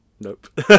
Nope